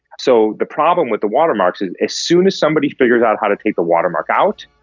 so the problem with the watermarks is as soon as somebody figures out how to take the watermark out,